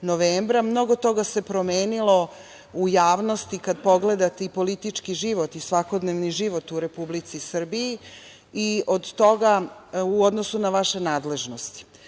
mnogo toga se promenilo u javnosti kada pogledate i politički život i svakodnevni život u Republici Srbiji u odnosu na vaše nadležnosti. Krenuću